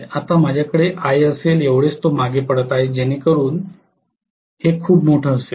आता माझ्याकडे Ia असेल एवढेच तो मागे पडत आहे जेणेकरून हे खूप मोठे असेल